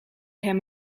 hem